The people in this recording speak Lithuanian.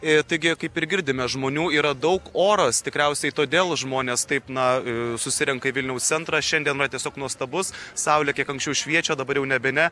ir taigi kaip ir girdime žmonių yra daug oras tikriausiai todėl žmonės taip na susirenka į vilniaus centrą šiandien tiesiog nuostabus saulė kiek anksčiau šviečia dabar jau nebe ne